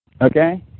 Okay